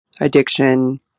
addiction